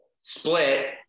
split